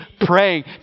praying